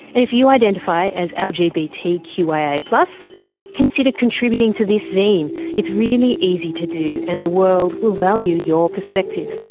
and if you identify as l. g. b. t. q. i. a. plus consider contributing to this zeen! it's easy to do and the world will value your perspective.